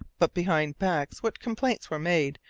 but behind backs what complaints were made,